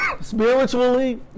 spiritually